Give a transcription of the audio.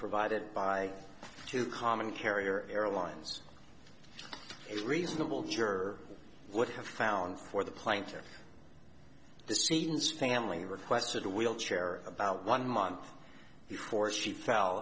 provided by two common carrier airlines is reasonable sure would have found for the plaintiff the scenes family requested a wheelchair about one month before she fell